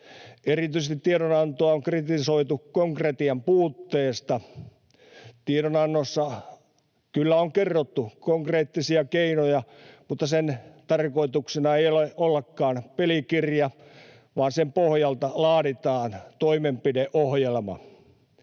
tahot. Tiedonantoa on kritisoitu erityisesti konkretian puutteesta. Tiedonannossa kyllä on kerrottu konkreettisia keinoja, mutta sen tarkoituksena ei ole ollakaan pelikirja, vaan sen pohjalta laaditaan toimenpideohjelma.